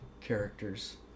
characters